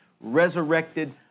resurrected